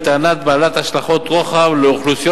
היא טענה בעלת השלכות רוחב על אוכלוסיות